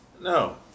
No